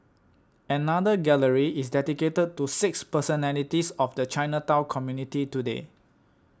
another gallery is dedicated to six personalities of the Chinatown community today